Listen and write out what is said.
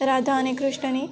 રાધા અને કૃષ્ણની